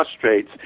frustrates